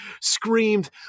screamed